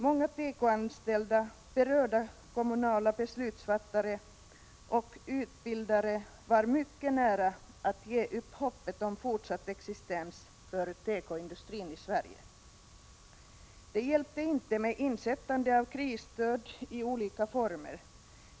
Många tekoanställda, berörda kommunala beslutsfattare och utbildare var mycket nära att ge upp hoppet om fortsatt existens för tekoindustrin i Sverige. Det hjälpte inte med insättande av krisstöd i olika former.